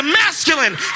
masculine